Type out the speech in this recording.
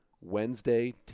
Wednesday